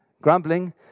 grumbling